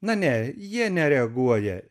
na ne jie nereaguoja